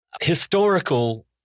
Historical